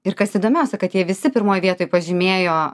ir kas įdomiausia kad jie visi pirmoj vietoj pažymėjo